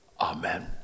Amen